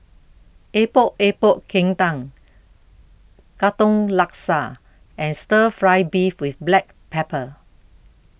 Epok Epok Kentang Katong Laksa and Stir Fry Beef with Black Pepper